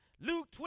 Luke